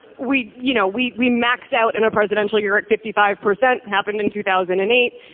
we you know we we maxed out in a presidential year at fifty five percent. happened in two thousand and eight.